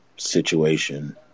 situation